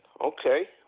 Okay